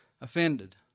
offended